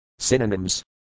Synonyms